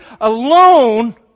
alone